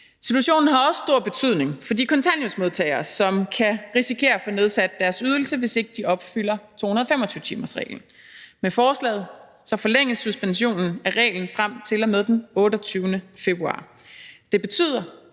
Situationen har også stor betydning for de kontanthjælpsmodtagere, som kan risikere at få nedsat deres ydelse, hvis ikke de opfylder 225-timersreglen. Med forslaget forlænges suspensionen af reglen frem til og med den 28. februar.